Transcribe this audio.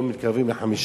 היום מתקרבים ל-50,000.